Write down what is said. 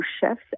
chefs